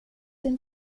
sin